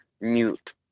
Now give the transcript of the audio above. mute